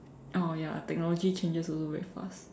oh ya technology changes also very fast